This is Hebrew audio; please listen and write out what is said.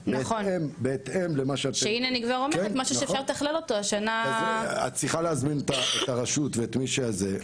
בהתאם למה --- את צריכה להזמין את הרשות ואת מי שזה,